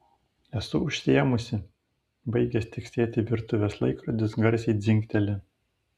esu užsiėmusi baigęs tiksėti virtuvės laikrodis garsiai dzingteli